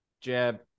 Jab